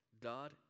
God